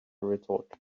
retort